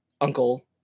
uncle